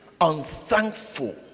unthankful